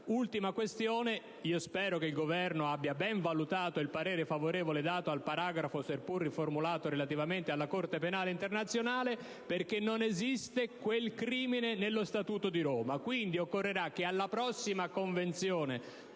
Ultima questione: spero che il Governo abbia ben valutato il parere favorevole dato al paragrafo, seppur riformulato, relativamente alla Corte penale internazionale, perché non esiste quel crimine, nello Statuto di Roma. Quindi occorrerà, che alla prossima convenzione